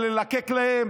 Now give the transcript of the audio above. וללקק להם,